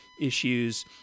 issues